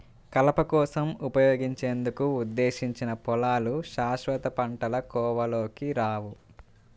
కలప కోసం ఉపయోగించేందుకు ఉద్దేశించిన పొలాలు శాశ్వత పంటల కోవలోకి రావు